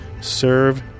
Serve